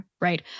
right